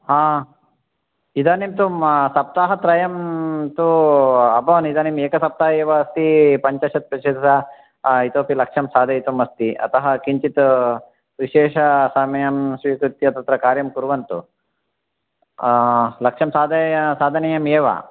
आ इदानीं तु सप्ताहत्रयं तु अभवन् इदानीम् एकसप्ताहः एव अस्ति पञ्चशत् दश इतोपि लक्षं साधयितव्यमस्ति अतः किञ्चित् विशेषसमयं स्वीकृत्य तत्र कार्यं कुर्वन्तु लक्षं साधन साधनीयमेव